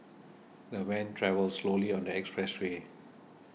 the van travelled slowly on the expressway